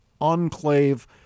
enclave